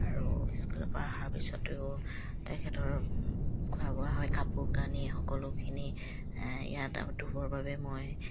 আৰু স্কুলৰ পৰা অহাৰ পিছতো তেখেতৰ খোৱা বোৱা হয় কাপোৰ কানি সকলোখিনি ইয়াত ধুবৰ বাবে মই